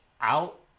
out